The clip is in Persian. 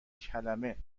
کلمه